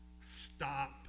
stop